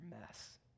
mess